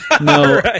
No